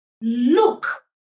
look